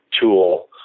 tool